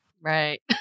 Right